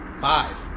Five